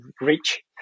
rich